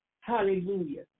Hallelujah